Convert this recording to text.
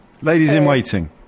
Ladies-in-waiting